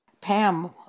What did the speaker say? Pam